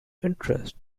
interest